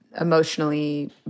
emotionally